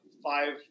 five